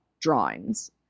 drawings